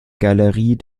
galerie